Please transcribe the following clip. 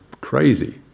crazy